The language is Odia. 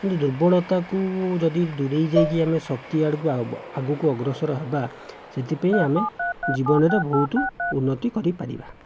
ଯେଉଁ ଦୁର୍ବଳତାକୁ ଯଦି ଦୂରେଇ ଯାଇକି ଆମେ ଶକ୍ତି ଆଡ଼କୁ ଆଗକୁ ଅଗ୍ରସର ହେବା ସେଥିପାଇଁ ଆମେ ଜୀବନରେ ବହୁତ ଉନ୍ନତି କରିପାରିବା